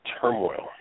turmoil